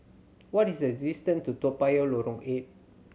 what is the distance to Toa Payoh Lorong Eight